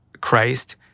Christ